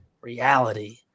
reality